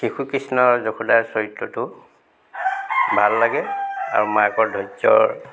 শিশু কৃষ্ণৰ যশোদাৰ চৰিত্ৰটো ভাল লাগে আৰু মাকৰ ধৈৰ্য্য়ৰ